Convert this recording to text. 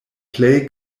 plej